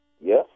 Yes